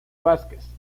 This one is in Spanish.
vázquez